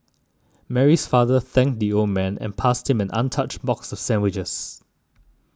Mary's father thanked the old man and passed him an untouched box of sandwiches